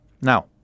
Now